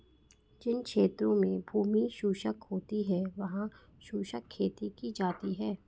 जिन क्षेत्रों में भूमि शुष्क होती है वहां शुष्क खेती की जाती है